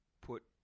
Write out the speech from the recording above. put